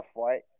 fight